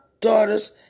daughter's